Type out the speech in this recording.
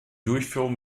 durchführung